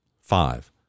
five